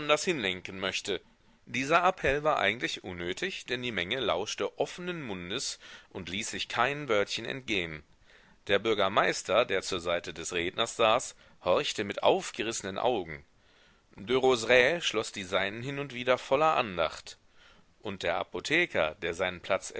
besonders hinlenken möchte dieser appell war eigentlich unnötig denn die menge lauschte offenen mundes und ließ sich kein wörtchen entgehen der bürgermeister der zur seite des redners saß horchte mit aufgerissenen augen derozerays schloß die seinen hin und wieder voller andacht und der apotheker der seinen platz